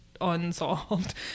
Unsolved